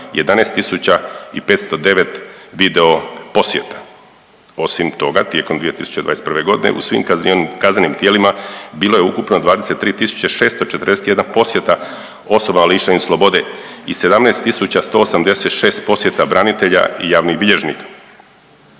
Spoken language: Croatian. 11509 video posjeta. Osim toga, tijekom 2021. godine u svim kaznenim tijelima bilo je ukupno 23641 posjeta osoba lišenih slobode i 17186 posjeta branitelja i javnih bilježnika.